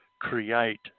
create